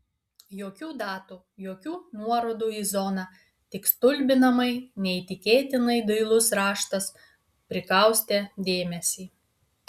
jokių datų jokių nuorodų į zoną tik stulbinamai neįtikėtinai dailus raštas prikaustė dėmesį